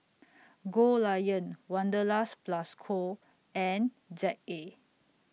Goldlion Wanderlust Plus Co and Z A